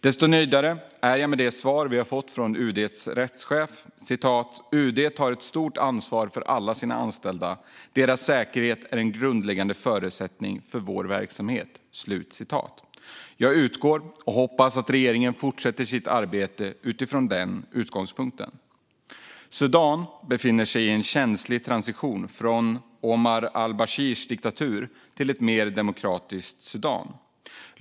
Desto nöjdare är jag med svaren från UD:s rättschef: "UD tar ett stort ansvar för alla sina anställda. Deras säkerhet är en grundläggande förutsättning för vår verksamhet." Jag utgår från och hoppas att regeringen fortsätter sitt arbete utifrån den utgångspunkten. Sudan befinner sig i en känslig transition från Omar al-Bashirs diktatur till ett mer demokratiskt Sudan.